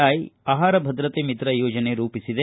I ಆಹಾರ ಭದ್ರತೆ ಮಿತ್ರ ಯೋಜನೆ ರೂಪಿಸಿದೆ